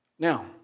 Now